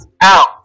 out